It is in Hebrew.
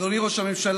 אדוני ראש הממשלה,